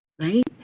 right